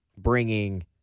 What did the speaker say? bringing